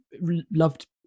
loved